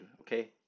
okay